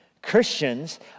Christians